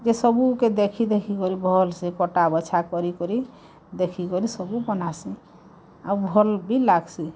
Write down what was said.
ଯେ ସବୁକେ ଦେଖି ଦେଖି କରି ଭଲସେ କଟା ବଛା କରି କରି ଦେଖିକରି ସବୁ ବନାସିଁ ଆଉ ଭଲ୍ ବି ଲାଗ୍ସି